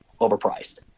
overpriced